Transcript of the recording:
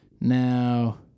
now